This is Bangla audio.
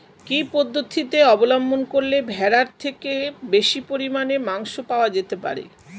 কি পদ্ধতিতে অবলম্বন করলে ভেড়ার থেকে বেশি পরিমাণে মাংস পাওয়া যেতে পারে?